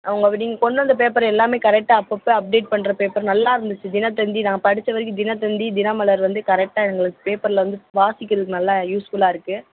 அவங்க நீங்கள் கொண்டு வந்த பேப்பரு எல்லாமே கரெக்டாக அப்பப்போ அப்டேட் பண்ணுற பேப்பர் நல்லாருந்துச்சு தினத்தந்தி நான் படிச்ச வரைக்கும் தினத்தந்தி தினமலர் வந்து கரெக்டாக எங்களுக்கு பேப்பர்ல வந்து வாசிக்கறதுக்கு நல்லா யூஸ்ஃபுல்லாக இருக்குது